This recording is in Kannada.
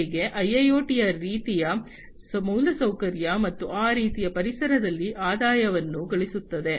ಬದಲಿಗೆ ಐಐಒಟಿ ರೀತಿಯ ಮೂಲಸೌಕರ್ಯ ಮತ್ತು ಆ ರೀತಿಯ ಪರಿಸರದಲ್ಲಿ ಆದಾಯವನ್ನು ಗಳಿಸುತ್ತದೆ